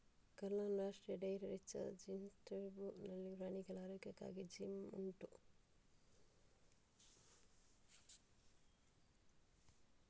ಕರ್ನಾಲ್ನ ರಾಷ್ಟ್ರೀಯ dairy research institute ನಲ್ಲಿ ಪ್ರಾಣಿಗಳ ಆರೋಗ್ಯಕ್ಕಾಗಿ ಜಿಮ್ ಉಂಟು